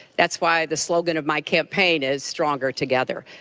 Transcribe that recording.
that's why the slogan of my campaign is stronger together.